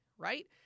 Right